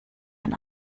ein